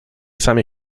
samej